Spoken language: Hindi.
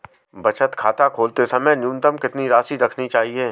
बचत खाता खोलते समय न्यूनतम कितनी राशि रखनी चाहिए?